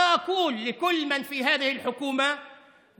לא יכול להתקיים חוץ